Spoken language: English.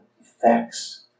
effects